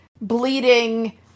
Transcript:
bleeding